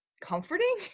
comforting